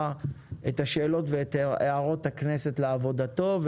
את השאלות ואת הערות הכנסת לעבודתו,